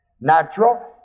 Natural